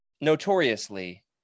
notoriously